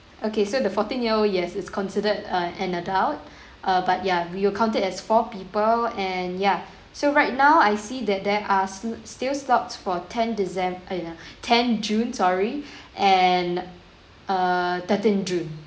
okay so the fourteen year old yes it's considered uh an adult err but yeah we will count it as four people and ya so right now I see that they are n~ still slots for ten decem~ !oi! no ten june sorry and err thirteen june